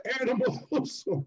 animals